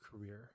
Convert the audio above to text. career